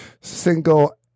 single